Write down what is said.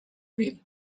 wheel